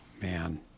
Man